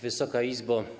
Wysoka Izbo!